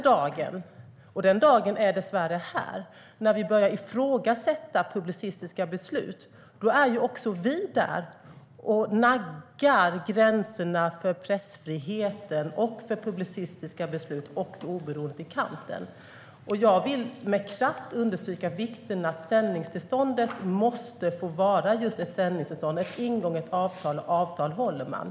Den dagen vi börjar ifrågasätta publicistiska beslut - och den dagen är dessvärre här - är ju också vi där och naggar gränserna för pressfriheten, publicistiska beslut och oberoendet i kanten. Jag vill med kraft understryka vikten av att sändningstillståndet måste få vara just ett sändningstillstånd. Det är ett ingånget avtal, och avtal håller man.